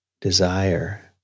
desire